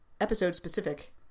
episode-specific